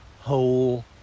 whole